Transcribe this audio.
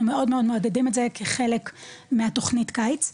מאוד מאוד מעודדים את זה כחלק מהתוכנית קיץ.